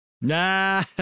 Nah